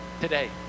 today